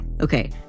Okay